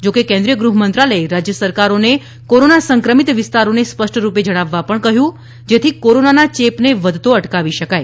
જો કે કેન્દ્રિય ગૃહમંત્રાલયે રાજય સરકારોને કોરોના સંક્રમિત વિસ્તારોને સ્પષ્ટરૂપે જણાવવા પણ કહયું છે જેથી કોરોનાના ચેપને વધતો અટકાવી શકાય